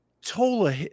Tola